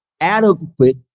adequate